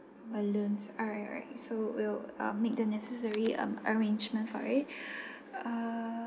balloons all right all right so we'll um make the necessary um arrangement for it uh